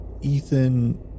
Ethan